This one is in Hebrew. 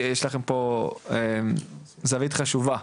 כי יש לכם פה זווית חשובה,